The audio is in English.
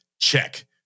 check